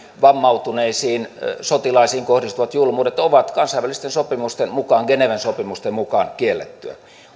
vammautuneisiin sotilaisiin kohdistuvat julmuudet ovat kansainvälisten sopimusten mukaan geneven sopimusten mukaan kiellettyjä